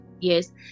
yes